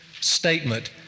statement